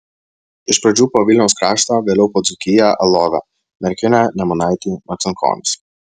iš pradžių po vilniaus kraštą vėliau po dzūkiją alovę merkinę nemunaitį marcinkonis